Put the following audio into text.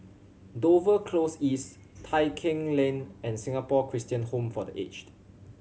Dover Close East Tai Keng Lane and Singapore Christian Home for The Aged